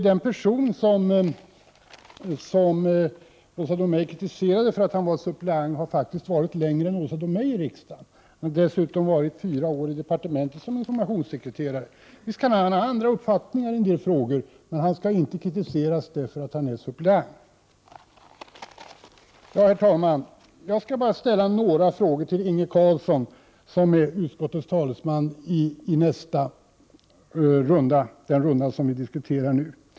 Den person som Åsa Domeij kritiserade därför att han är suppleant har dessutom faktiskt varit längre än Åsa Domeij i riksdagen och dessutom varit fyra år i departementet som informationssekreterare. Visst kan han ha avvikande uppfattningar i en del frågor, men han skall inte kritiseras därför att han är suppleant. Herr talman! Jag skall bara ställa några frågor till Inge Carlsson, som är utskottets talesman i denna debattrunda.